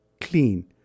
clean